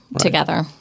together